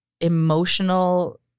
emotional